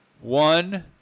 One